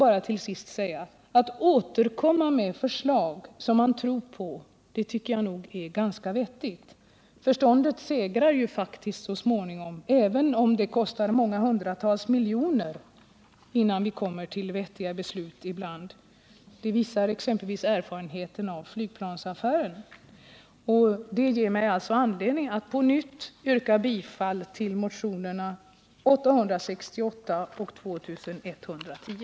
Att återkomma med förslag som man tror på tycker jag är ganska klokt. Förståndet segrar ju faktiskt så småningom, även om det ibland kostar många hundratals miljoner innan vi kommer fram till vettiga beslut. Det visar exempelvis erfarenheten av flygplansaffären. Detta ger mig anledning att på nytt yrka bifall till motionerna 868 och 2110.